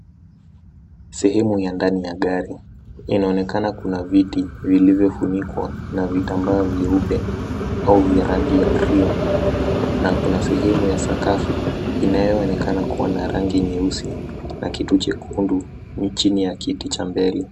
Sehemu ya ndani ya gari, inaonekana kuna viti vilivyofunikwa na vitambaa vyeupe au vya rangi ya cs[cream]cs na kuna sehemu ya sakafu inayoonekana kuwa na rangi nyeusi na kitu chekundu chini ya kiti cha mbele.